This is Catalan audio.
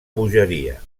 bogeria